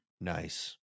nice